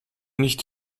nicht